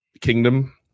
kingdom